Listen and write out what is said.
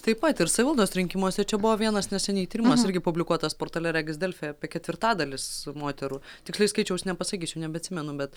taip pat ir savivaldos rinkimuose čia buvo vienas neseniai tyrimas irgi publikuotas portale regis delfi apie ketvirtadalis moterų tiksliai skaičiaus nepasakysiu nebeatsimenu bet